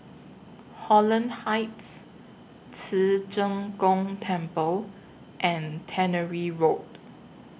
Holland Heights Ci Zheng Gong Temple and Tannery Road